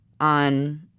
on